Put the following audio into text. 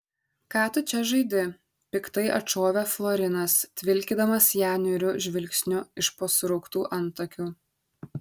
ką tu čia žaidi piktai atšovė florinas tvilkydamas ją niūriu žvilgsniu iš po surauktų antakių